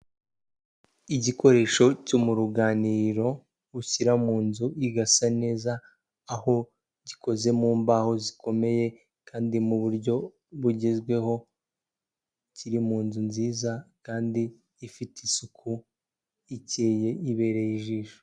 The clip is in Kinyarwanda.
Igikoresho cyo mu ruganiriro ushyira mu nzu igasa neza, aho gikoze mu mbaho zikomeye kandi mu buryo bugezweho, kiri mu nzu nziza kandi ifite isuku ikeye ibereye ijisho.